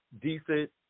decent